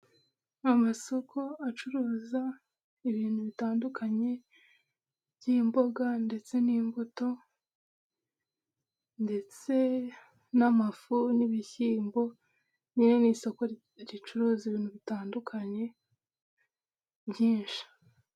Amasoko acuruza ibintu bitandukanye by'imboga ndetse n'imbuto, ndetse n'amafu n'ibishyimbo; nyine ni isoko ricuruza ibintu bitandukanye byinshi.